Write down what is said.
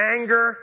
anger